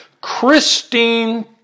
Christine